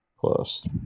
plus